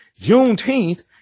Juneteenth